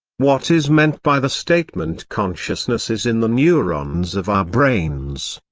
what is meant by the statement consciousness is in the neurons of our brains?